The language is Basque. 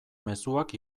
mezuak